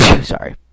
Sorry